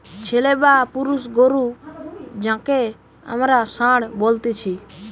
ছেলে বা পুরুষ গরু যাঁকে আমরা ষাঁড় বলতেছি